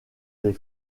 des